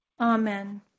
Amen